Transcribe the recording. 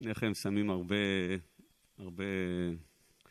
לפני כן שמים הרבה, הרבה...